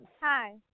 Hi